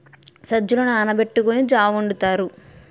సజ్జలు నానబెట్టుకొని జా వొండుతారు